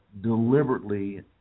deliberately